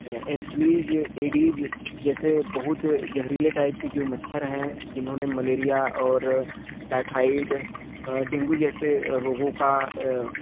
एंफ्लिज Aedes जैसे बहुत जहरीले टाइप के जो मच्छर हैं जिन्होंने मलेरिया और टाइफाइड डेंगू जैसे रोगों का